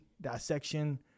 dissection